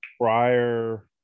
prior